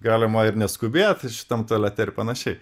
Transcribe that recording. galima ir neskubėt šitam tualete ir panašiai